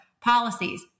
Policies